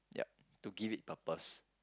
yup to give it purpose